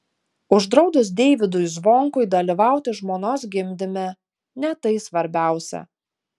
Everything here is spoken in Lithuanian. uždraudus deivydui zvonkui dalyvauti žmonos gimdyme ne tai svarbiausia